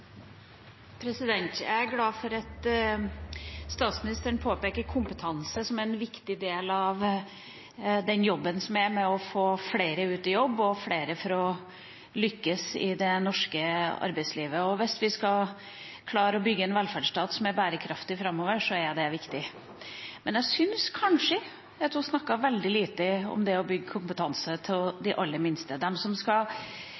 Jeg er glad for at statsministeren påpeker kompetanse som en viktig del av jobben med å få flere ut i jobb og flere til å lykkes i det norske arbeidslivet. Hvis vi skal klare å bygge en velferdsstat som er bærekraftig framover, er det viktig. Men jeg syns kanskje hun snakket veldig lite om det å bygge kompetanse hos de aller minste, dem som skal inn i norsk skole i dag, som skal skape det arbeidslivet vi skal